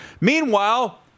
meanwhile